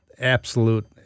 absolute